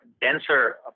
denser